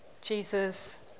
Jesus